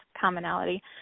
commonality